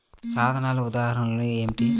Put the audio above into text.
సాధనాల ఉదాహరణలు ఏమిటీ?